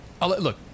Look